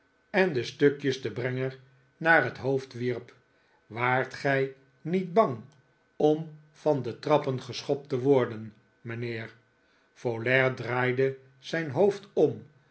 en de stukjes den brenger naar zijn hoofd wierp waart gij niet bang om van de trappen geschopt te worden mijnheer folair draaide zijn hoofd om